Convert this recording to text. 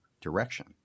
direction